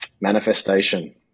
Manifestation